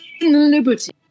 liberty